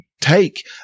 take